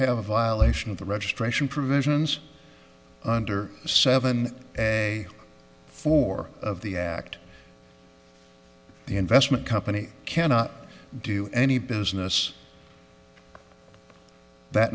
have a violation of the registration provisions under seventy four of the act the investment company cannot do any business that